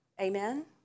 Amen